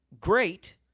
great